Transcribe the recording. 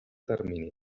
termini